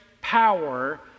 power